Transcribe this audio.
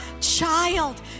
child